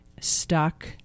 stuck